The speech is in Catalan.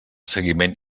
seguiment